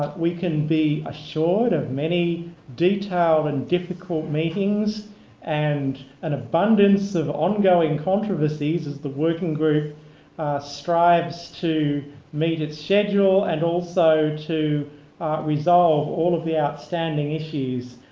we can be assured of many detailed and difficult meetings and an abundance of ongoing controversies as the working group strives to meet its schedule and also to resolve all of the outstanding issues,